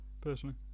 personally